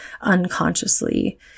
unconsciously